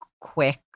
quick